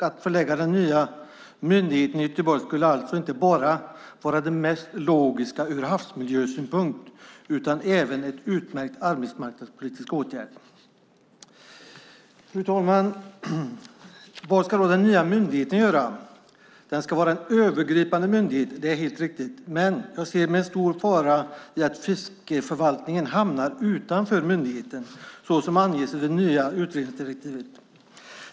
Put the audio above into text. Att förlägga den nya myndigheten till Göteborg skulle alltså inte bara vara det mest logiska ur havsmiljösynpunkt utan även vara en utmärkt arbetsmarknadspolitisk åtgärd. Fru talman! Vad ska då den nya myndigheten göra? Den ska vara en övergripande myndighet; det är helt riktigt. Men jag ser en stor fara i att fiskeförvaltningen hamnar utanför myndigheten, såsom anges i det nya utredningsdirektivet.